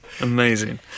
Amazing